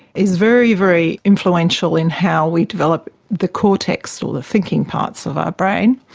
is very, very influential in how we develop the cortex or the thinking parts of our brain.